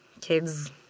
kids